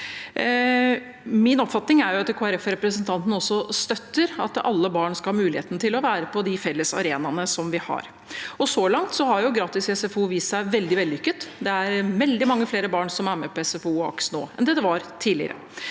Min oppfatning er at representanten fra Kristelig Folkeparti også støtter at alle barn skal ha muligheten til å være på de felles arenaene vi har. Så langt har jo gratis SFO vist seg veldig vellykket. Det er veldig mange flere barn som er med på SFO og AKS nå, enn det var tidligere.